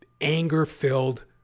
anger-filled